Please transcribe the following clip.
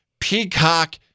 Peacock